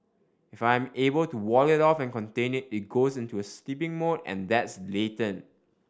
if I am able to wall it off and contain it it goes into a sleeping mode and that's latent